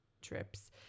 trips